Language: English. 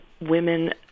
women